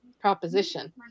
proposition